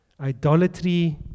idolatry